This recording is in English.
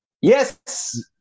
Yes